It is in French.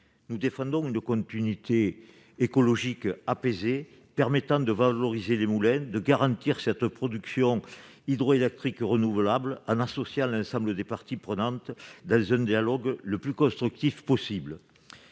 Nous défendons une continuité écologique apaisée, permettant de valoriser les moulins et de garantir une production hydroélectrique renouvelable, en associant l'ensemble des parties prenantes dans un dialogue le plus constructif possible.